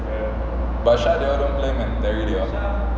but shah they all don't play meh terry they all